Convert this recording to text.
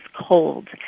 cold